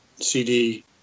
CD